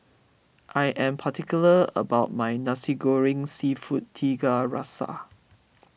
I am particular about my Nasi Goreng Seafood Tiga Rasa